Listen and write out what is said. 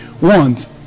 want